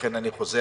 ולכן אני חוזר,